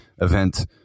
event